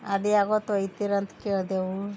ಅದು ಯಾವತ್ತು ಒಯ್ತಿರ ಅಂತ ಕೇಳಿದೆವು